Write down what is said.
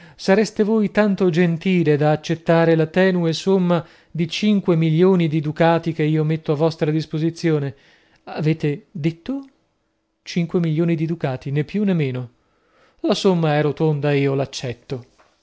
sareste voi tanto gentile da accettare la tenue somma di cinque milioni di ducati che io metto a vostra disposizione avete detto cinque milioni di ducati nè più nè meno la somma è rotonda ed io l'accetto